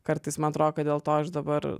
kartais man atro kad dėl to aš dabar